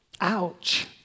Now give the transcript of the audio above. ouch